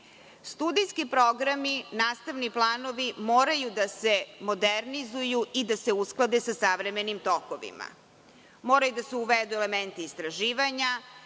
Studijski programi, nastavni planovi moraju da se modernizuju i da se usklade sa savremenim tokovima. Moraju da se uvedu elementi istraživanja,